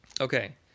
Okay